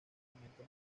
monumento